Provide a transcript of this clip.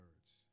words